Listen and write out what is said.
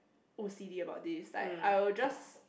O C D about this like I will just